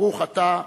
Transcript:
ברוך אתה,